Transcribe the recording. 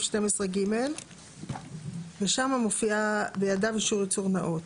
12ג ושם מופיע "בידיו אישור ייצור נאות".